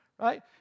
right